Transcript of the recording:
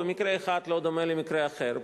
ומקרה אחד לא דומה למקרה אחר,